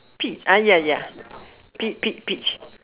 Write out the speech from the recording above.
peach ah ya ya pe~ pe~ peach